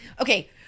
Okay